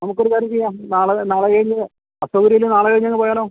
നമുക്കൊരു കാര്യം ചെയ്യാം നാളെ നാളെ കഴിഞ്ഞ് അസൗകര്യമില്ലെങ്കില് നാളെ കഴിഞ്ഞങ്ങു പോയാലോ